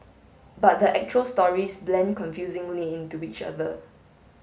but the actual stories blend confusingly into each other